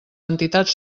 entitats